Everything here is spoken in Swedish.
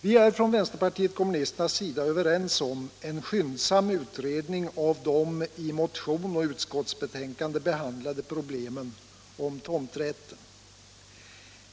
Vi är från vänsterpartiet kommunisternas sida överens om nödvändigheten av en skyndsam utredning av de i motion och utskottsbetänkande behandlade problemen om tomträtten.